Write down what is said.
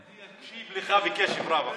אני אקשיב לך בקשב רב.